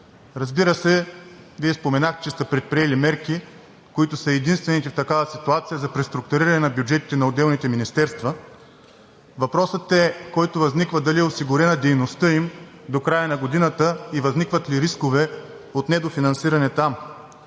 Разбира е, Вие споменахте, че сте предприели мерки, които са единствените в такава ситуация за преструктуриране на бюджетите на отделните министерства. Въпросът, който възниква, е: осигурена ли е дейността им до края на годината и възникват ли там рискове от недофинансиране?